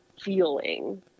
feeling